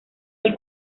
del